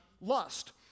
lust